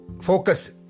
focus